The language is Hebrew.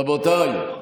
רבותיי,